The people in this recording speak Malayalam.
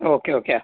ഓക്കെ ഓക്കെ ആ